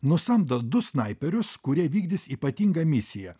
nusamdo du snaiperius kurie vykdys ypatingą misiją